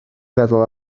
feddwl